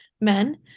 men